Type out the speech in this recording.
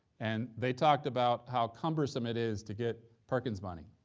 and they talked about how cumbersome it is to get perkins money.